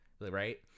right